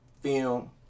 Film